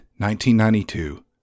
1992